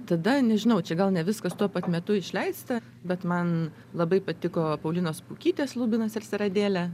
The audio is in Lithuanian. tada nežinau čia gal ne viskas tuo pat metu išleista bet man labai patiko paulinos pukytės lubinas ir seradėlė